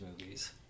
movies